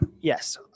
Yes